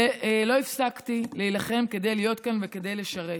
ולא הפסקתי להילחם כדי להיות כאן וכדי לשרת.